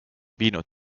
viinud